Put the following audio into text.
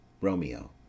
Romeo